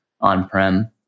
on-prem